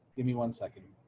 give me one second.